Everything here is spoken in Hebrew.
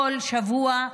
כל שבוע,